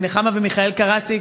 נחמה ומיכאל קרסיק,